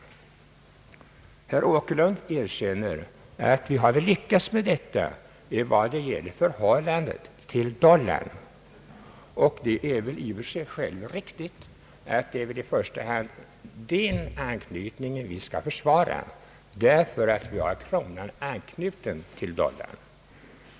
Herr Åkerlund erkänner att vi har lyckats vad gäller förhållandet till dollarn. Detta måste vara rätt handlat, därför att vi har kronan anknuten till dollarn.